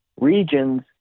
regions